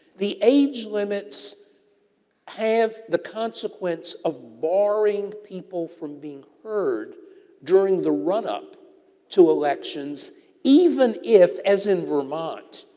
the age limits have the consequence of barring people from being heard during the run up to elections even if, as in vermont,